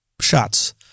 shots